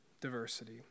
diversity